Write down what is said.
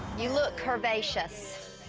you look curvaceous.